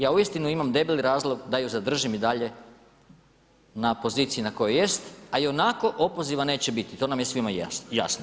Ja uistinu imam debeli razlog da ju zadržim i dalje na poziciji na kojoj jest, a ionako opoziva neće biti, to nam je svima jasno.